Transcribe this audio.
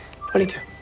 22